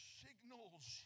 signals